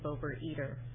overeater